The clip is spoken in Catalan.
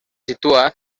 situa